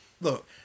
look